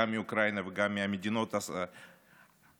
גם מאוקראינה וגם מהמדינות הסמוכות.